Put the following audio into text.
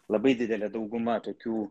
labai didelė dauguma tokių